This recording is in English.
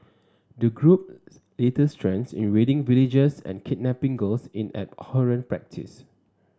the group's latest trend in raiding villages and kidnapping girls in an abhorrent practice